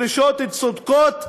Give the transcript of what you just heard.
דרישות צודקות,